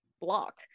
block